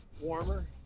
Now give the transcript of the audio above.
warmer